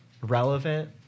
relevant